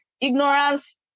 ignorance